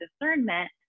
discernment